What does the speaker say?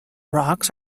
rocks